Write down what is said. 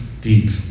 deep